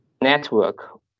network